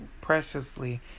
preciously